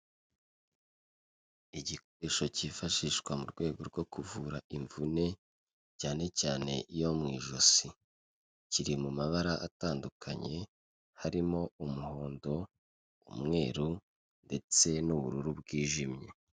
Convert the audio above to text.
Igikoresho kifashishwa mu rwego rwo kuvura imvune, cyane cyane iyo mu ijosi. Kiri mu mabara atandukanye harimo: umuhondo, umweru ndetse n'ubururu bwijimye.